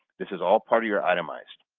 this is all part of your itemized.